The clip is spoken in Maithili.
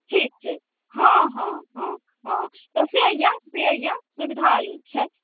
ठीक छै हँ हँ हँ हँ तऽ से अइ से अइ सुविधा छै